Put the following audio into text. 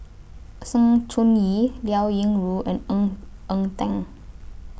Sng Choon Yee Liao Yingru and Ng Eng Teng